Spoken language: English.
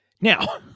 Now